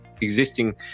existing